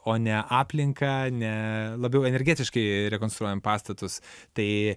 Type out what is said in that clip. o ne aplinką ne labiau energetiškai rekonstruojam pastatus tai